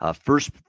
first